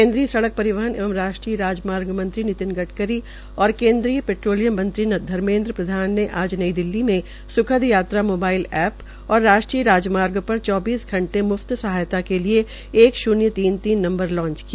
केन्द्रीय सड़क परिवहन एवं राष्ट्रीय राजमार्ग मंत्री नितिन गडकरी और केन्द्रीय पैट्रोलियम एवं रसासन मंत्री धर्मेन्द्र प्रधान ने आज नई दिल्ली में सूखद यात्रा मोबाइल ऐप और राष्ट्रीय राजमार्ग पर चौबीस घंटे मुफ्त सहायता के लिए एक शून्य तीन तीन नंबर लांच किया